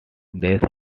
these